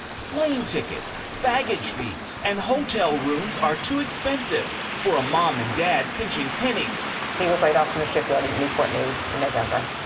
plane tickets, baggage fees, and hotel rooms are too expensive for a mom and dad pinching pennies. he was laid off from the shipyard in newport news in november.